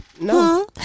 No